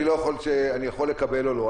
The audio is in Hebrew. אני לא יכול אני יכול לקבל או לא.